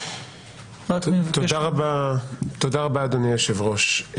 תודה רבה, אדוני היושב-ראש.